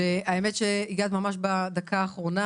האמת שהגעת ממש בדקה האחרונה,